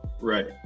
right